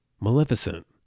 Maleficent